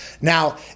Now